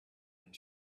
and